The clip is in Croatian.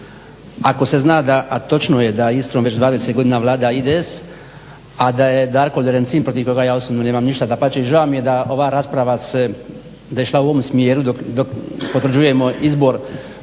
Ako se zna da, a točno je da Istrom već 20 godina vlada IDS, a da je Darko Lorencin, protiv kojeg ja osobno nemam ništa, dapače i žao mi je da ova rasprava se, da je išla u ovom smjeru dok potvrđujemo izbor